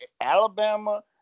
Alabama